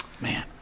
Man